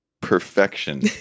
perfection